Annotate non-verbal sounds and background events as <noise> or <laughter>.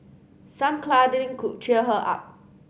some <unintelligible> could cheer her up